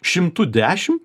šimtu dešim